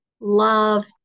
love